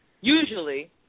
Usually